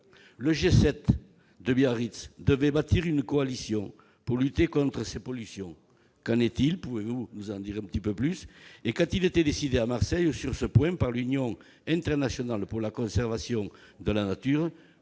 le G7 de Biarritz devait bâtir une coalition pour lutter contre ces pollutions. Qu'en est-il ? Pouvez-vous nous en dire un petit peu plus ? Et qu'a-t-il été décidé à Marseille sur ce point par l'Union internationale pour la conservation de la nature